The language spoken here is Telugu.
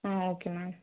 okay ma'am